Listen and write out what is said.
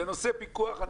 לנושא הפיקוח,